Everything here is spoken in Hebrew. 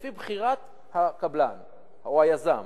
לפי בחירת הקבלן או היזם.